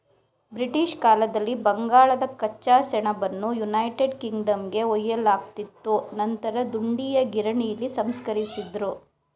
British ಕಾಲದಲ್ಲಿ ಬಂಗಾಳದ ಕಚ್ಚಾ ಸೆಣಬನ್ನು ಯುನೈಟೆಡ್ ಕಿಂಗ್ಡಮ್ಗೆ ಒಯ್ಯಲಾಗ್ತಿತ್ತು ನಂತರ ದುಂಡೀಯ ಗಿರಣಿಲಿ ಸಂಸ್ಕರಿಸಿದ್ರು